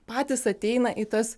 patys ateina į tas